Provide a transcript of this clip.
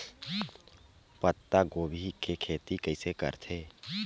पत्तागोभी के खेती कइसे करथे?